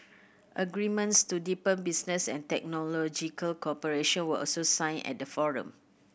agreements to deepen business and technological cooperation were also signed at the forum